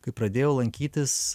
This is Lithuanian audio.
kai pradėjau lankytis